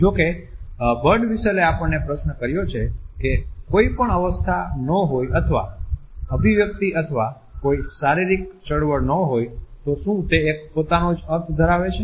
જો કે બર્ડવિસ્ટેલે આપણને પ્રશ્ન કર્યો છે કે કોઈ પણ અવસ્થા ન હોય અથવા અભિવ્યક્તિ અથવા કોઈ શારીરિક ચળવળ ન હોય તો શું તે એક પોતાનો જ અર્થ ધરાવે છે